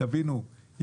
תבינו,